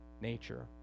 nature